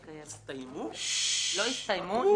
הם לא הסתיימו כלומר ניתנו.